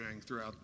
throughout